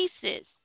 pieces